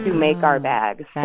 make our bags.